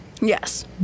Yes